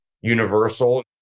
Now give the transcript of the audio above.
universal